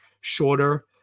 Shorter